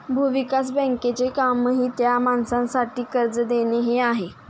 भूविकास बँकेचे कामही त्या माणसासाठी कर्ज देणे हे आहे